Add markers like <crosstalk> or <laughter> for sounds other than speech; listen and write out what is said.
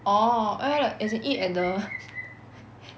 orh <noise> as in eat at the <laughs>